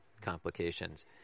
complications